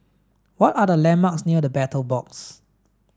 what are the landmarks near The Battle Box